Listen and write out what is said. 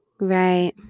Right